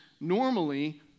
normally